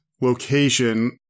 location